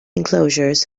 enclosures